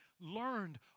learned